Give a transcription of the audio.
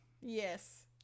Yes